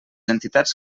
entitats